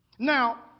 Now